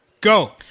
Go